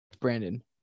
Brandon